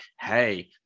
hey